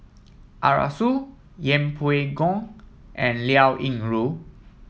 Arasu Yeng Pway Ngon and Liao Yingru